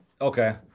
okay